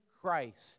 Christ